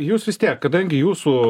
jūs vis tiek kadangi jūsų